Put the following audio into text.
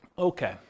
Okay